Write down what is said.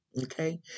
okay